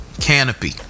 Canopy